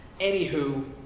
Anywho